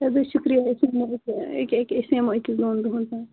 ادٕ حظ شُکریہِ أسۍ حظ یِمو اَکے اَکے أسۍ یِمو أکِس دوٚن دۄہن تانۍ